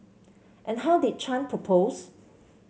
and how did Chan propose